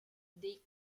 dei